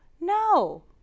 No